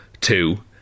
Two